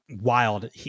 wild